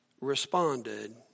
responded